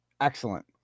excellent